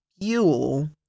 fuel